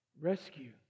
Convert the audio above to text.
rescue